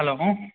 hello